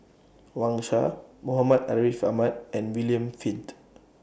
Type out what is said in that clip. Wang Sha Muhammad Ariff Ahmad and William Flint